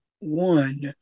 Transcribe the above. one